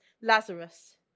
Lazarus